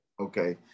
okay